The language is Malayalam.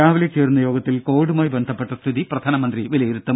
രാവിലെ ചേരുന്ന യോഗത്തിൽ കോവിഡുമായി ബന്ധപ്പെട്ട സ്ഥിതി പ്രധാനമന്ത്രി വിലയിരുത്തും